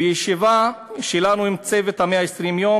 בישיבה שלנו עם "צוות 120 הימים" היום